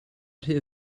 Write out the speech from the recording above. rhy